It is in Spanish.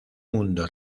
mundo